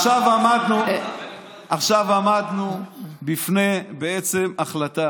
עכשיו עמדנו בפני החלטה